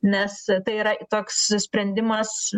nes tai yra toks sprendimas